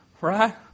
right